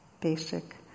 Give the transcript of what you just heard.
basic